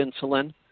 insulin